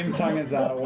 um tongue is out,